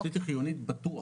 התשתית היא חיונית בטוח,